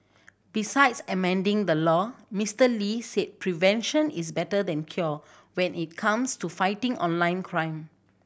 besides amending the law Mister Lee said prevention is better than cure when it comes to fighting online crime